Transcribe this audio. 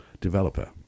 developer